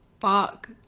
Fuck